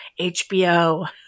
HBO